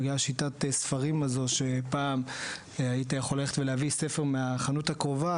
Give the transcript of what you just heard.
בגלל שיטת הספרים הזו שפעם היית יכול ללכת ולהביא ספר מהחנות הקרובה,